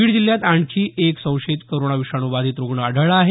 बीड जिल्ह्यात आणखीन एक संशयित कोरोना विषाणू बाधित रूग्ण आढळला आहे